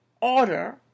order